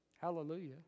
Hallelujah